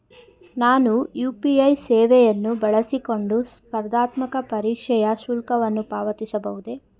ನಾನು ಯು.ಪಿ.ಐ ಸೇವೆಯನ್ನು ಬಳಸಿಕೊಂಡು ಸ್ಪರ್ಧಾತ್ಮಕ ಪರೀಕ್ಷೆಯ ಶುಲ್ಕವನ್ನು ಪಾವತಿಸಬಹುದೇ?